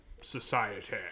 Society